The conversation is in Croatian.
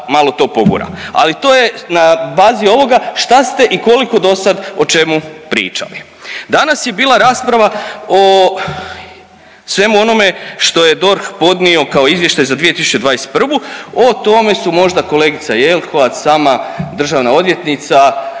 malo to pogura, ali to je na bazi ovoga šta ste i koliko dosad o čemu pričali. Danas je bila rasprava o svemu onome što je DORH podnio kao izvještaj za 2021., o tome su možda kolegica Jelkovac i sama državna odvjetnica